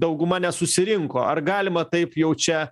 dauguma nesusirinko ar galima taip jau čia